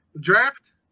draft